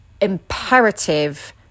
imperative